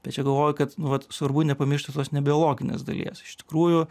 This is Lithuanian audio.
bet čia galvoju kad nu vat svarbu nepamiršti tos ne biologinės dalies iš tikrųjų